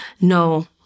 no